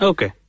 Okay